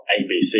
ABC